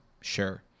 Sure